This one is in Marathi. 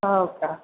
हो का